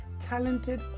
talented